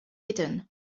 hidden